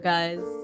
Guys